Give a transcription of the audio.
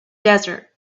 desert